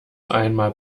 einmal